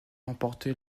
remporter